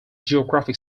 geographic